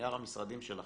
נייר המשרדים שלכם.